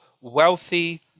wealthy